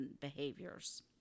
behaviors